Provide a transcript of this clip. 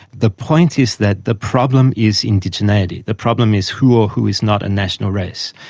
the point is that the problem is indigeneity the problem is who or who is not a national race.